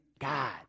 God